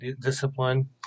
discipline